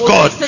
God